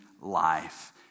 life